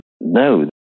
No